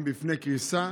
הם בפני קריסה.